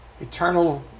eternal